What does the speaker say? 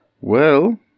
Well